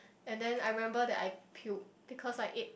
and then I remember that I puked because I ate